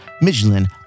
Michelin